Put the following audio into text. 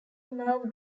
merv